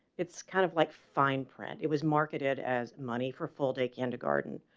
it's kind of like fine print. it was marketed as money for full day kindergarten